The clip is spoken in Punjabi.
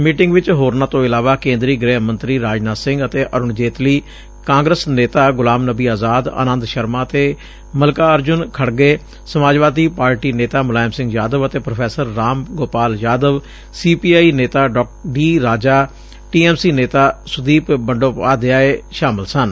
ਮੀਟਿੰਗ ਵਿਚ ਹੋਰਨਾਂ ਤੋਂ ਇਲਾਵਾ ਕੇਂਦਰੀ ਗੁਹਿ ਮੰਤਰੀ ਰਾਜਨਾਥ ਸਿੰਘ ਅਤੇ ਅਰੁਣ ਜੇਤਲੀ ਕਾਂਗਰਸ ਨੇਤਾ ਗੁਲਾਮ ਨੱਬੀ ਅਜ਼ਾਦ ਆਨੰਦ ਸ਼ਰਮਾ ਅਤੇ ਮਲਿਕਾਅਰਜਨ ਖਤਗੇ ਸਮਾਜਵਾਦੀ ਪਾਰਟੀ ਨੇਤਾ ਮੁਲਾਇਮ ਸਿੰਘ ਯਾਦਵ ਅਤੇ professor Ram Gopal Yadav C P I ਨੇਤਾ D Raja T M C ਨੇਤਾ ਸੁਦੀਪ ਬੰਡੋਪਾਧਿਆਏ ਸ਼ਾਮਲ ਸਨ